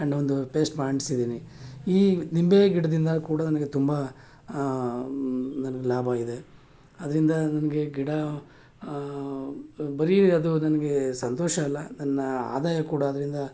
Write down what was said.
and ಒಂದು paste ಮಾಡಿ ಅಂಟ್ಸಿದ್ದೀನಿ ಈ ನಿಂಬೆ ಗಿಡದಿಂದ ಕೂಡ ನನಗೆ ತುಂಬ ನನಗೆ ಲಾಭ ಆಗಿದೆ ಆದ್ದರಿಂದ ನನಗೆ ಗಿಡ ಬರೀ ಅದು ನನಗೆ ಸಂತೋಷ ಅಲ್ಲ ನನ್ನ ಆದಾಯ ಕೂಡ ಅದರಿಂದ